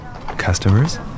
customers